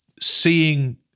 seeing